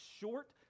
short